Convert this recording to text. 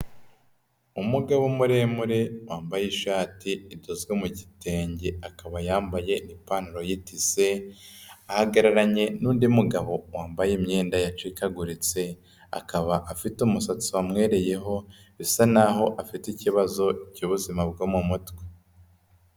Umugabo muremure wambaye ishati idozwe mu gitenge akaba yambaye n'ipantaro y'itise, ahagararanye n'undi mugabo wambaye imyenda yacikaguritse, akaba afite umusatsi wamwereyeho bisa naho afite ikibazo cy'ubuzima bwo mu mutwe.